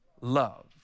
love